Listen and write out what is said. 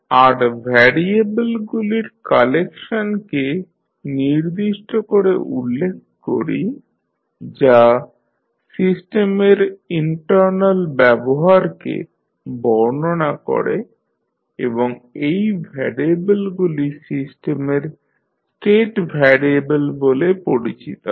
আর ভ্যারিয়েবলগুলির কালেকশন কে নির্দিষ্ট করে উল্লেখ করি যা সিস্টেমের ইন্টারনাল ব্যবহারকে বর্ণনা করে এবং এই ভ্যারিয়েবলগুলি সিস্টেমের স্টেট ভ্যারিয়েবল বলে পরিচিত হয়